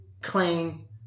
Clang